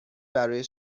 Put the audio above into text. برای